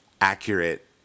accurate